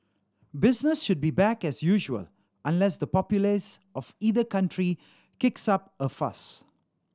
business should be back as usual unless the populace of either country kicks up a fuss